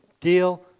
deal